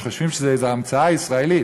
חושבים שזו המצאה ישראלית,